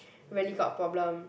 really got problem